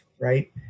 right